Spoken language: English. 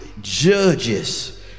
judges